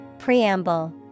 Preamble